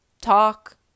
talk